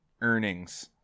earnings